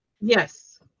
Yes